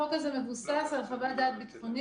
החוק הזה מבוסס על חוות דעת ביטחונית,